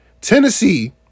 Tennessee